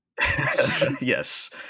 Yes